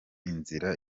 inzira